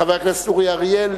חבר הכנסת אורי אריאל,